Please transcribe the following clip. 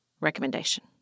recommendation